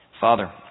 Father